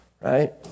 Right